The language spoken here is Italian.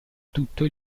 tutto